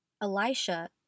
Elisha